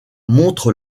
montrent